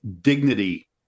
dignity